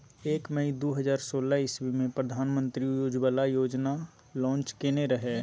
एक मइ दु हजार सोलह इस्बी मे प्रधानमंत्री उज्जवला योजना लांच केने रहय